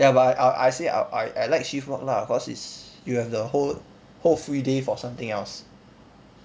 ya but I I say I I like shift work lah cause it's you have the whole whole free day for something else